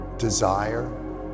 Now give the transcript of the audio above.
desire